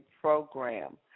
program